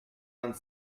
vingt